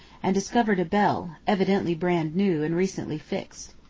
and discovered a bell, evidently brand new, and recently fixed.